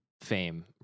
fame